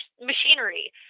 machinery